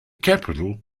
capital